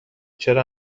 چرا